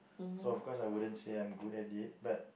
so of course I wouldn't say I'm good at it but